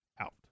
out